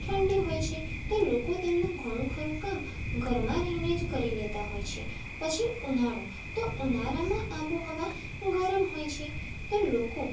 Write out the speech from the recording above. ઠંડી હોય છે તો લોકો તેમનું ઘણું ખરું કામ ઘરમાં રહીને જ કરી લેતા હોય છે પછી ઉનાળો તો ઉનાળામાં આબોહવા ગરમ હોય છે તો લોકો